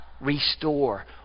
restore